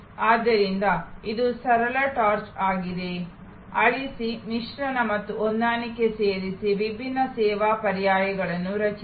ಆದ್ದರಿಂದ ಇದು ಸರಳ ಚಾರ್ಟ್ ಆಗಿದೆ ಅಳಿಸಿ ಮಿಶ್ರಣ ಮತ್ತು ಹೊಂದಾಣಿಕೆ ಸೇರಿಸಿ ವಿಭಿನ್ನ ಸೇವಾ ಪರ್ಯಾಯಗಳನ್ನು ರಚಿಸಿ